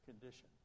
condition